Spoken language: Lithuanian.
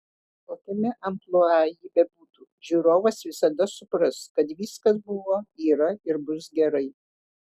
kokiame amplua ji bebūtų žiūrovas visada supras kad viskas buvo yra ir bus gerai